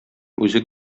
үзе